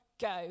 go